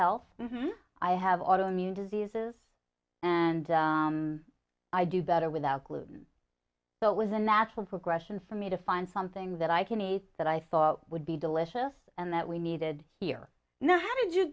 health i have auto immune diseases and i do better without gluten so it was a natural progression for me to find something that i can eat that i thought would be delicious and that we needed here now how did you